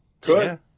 Good